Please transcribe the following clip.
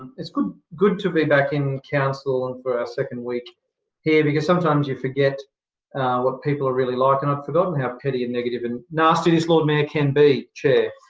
it's good good to be back in council and for our second week here, because sometimes you forget what people are really like. and i'd forgotten how pity and negative and nasty this lord mayor can be, chair,